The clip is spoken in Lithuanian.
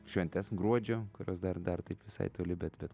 šventes gruodžio kurios dar dar taip visai toli bet bet